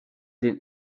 den